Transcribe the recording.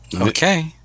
Okay